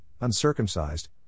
uncircumcised